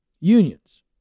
unions